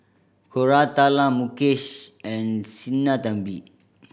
Koratala Mukesh and Sinnathamby